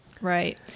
Right